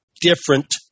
different